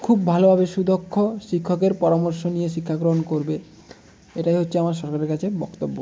খুব ভালোভাবে সুদক্ষ শিক্ষকের পরামর্শ নিয়ে শিক্ষা গ্রহণ করবে এটাই হচ্ছে আমার সরকারের কাছে বক্তব্য